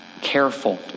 Careful